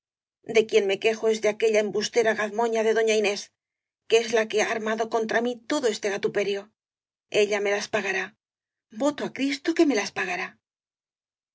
de quien me quejo es de aquella embustera gazmoña de doña inés que es la que ha armado contra mí todo este gatuperio ella me las pagará voto á cristo que me las pagará